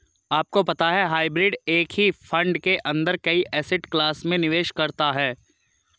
आपको पता है हाइब्रिड एक ही फंड के अंदर कई एसेट क्लास में निवेश करता है?